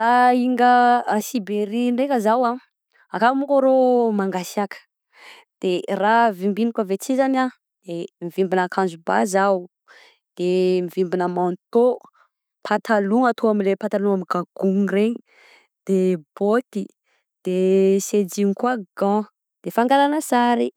Raha hinga a Siberia ndraiky zaho a, akagny monko arô mangasiàka raha vimbiniko avy aty zagny a, mivibina akanjo bà zaho, de mivimbina manteau, patalogna atao amin'ireny patalogna migagognona reny de bôty de sa dino koa gants de fangalagna sary.